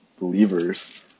believers